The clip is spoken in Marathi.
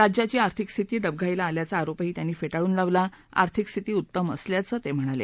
राज्याची आर्थिक स्थिती डबघाईला आल्याचं आरोप त्यांनी फेटाळून लावत आर्थिक स्थिती उत्तम असल्याचं सांगितलं